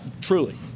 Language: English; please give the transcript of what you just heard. truly